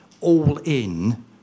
all-in